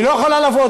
היא לא יכולה לבוא,